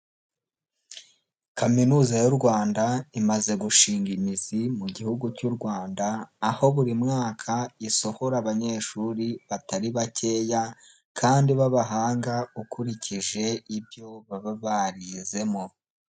Kaminuza y'u Rwanda imaze gushinga imizi mu gihugu cy'u Rwanda aho buri mwaka isohora abanyeshuri batari bakeya, kandi b'abahanga ukurikije ibyo baba barizemo.